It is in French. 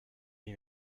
lui